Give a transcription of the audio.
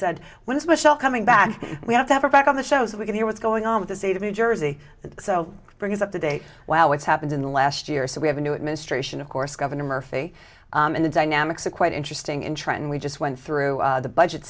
it's michelle coming back we have to have her back on the show so we can hear what's going on in the state of new jersey so bring us up to date while what's happened in the last year or so we have a new administration of course governor murphy and the dynamics of quite interesting in trenton we just went through the budget